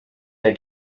der